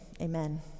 amen